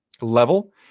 level